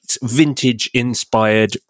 vintage-inspired